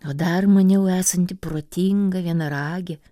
o dar maniau esanti protinga vienaragė